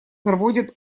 проводят